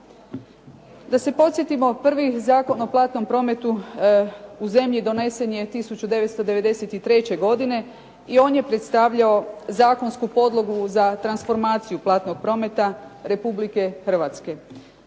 Da se podsjetimo prvi Zakon o platnom prometu u zemlji donesen je 1993. godine i on je predstavljao zakonsku podlogu za transformaciju platnog prometa Republike Hrvatske.